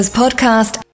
podcast